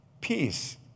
Peace